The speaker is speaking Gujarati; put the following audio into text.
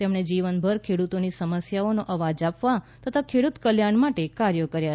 તેમણે જીવનભર ખેડૂતોની સમસ્યાઓને અવાજ આપવા તથા ખેડૂત કલ્યાણ માટે કાર્યો કર્યા